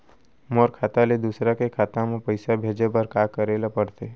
मोर खाता ले दूसर के खाता म पइसा भेजे बर का करेल पढ़थे?